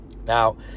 Now